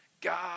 God